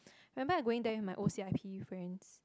remember I going there with my O_C_I_P friends